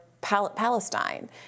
Palestine